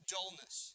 Dullness